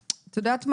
אתן יודעות מה?